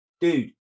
dude